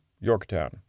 Yorktown